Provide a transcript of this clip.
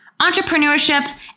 entrepreneurship